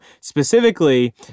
specifically